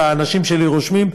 והאנשים שלי רושמים,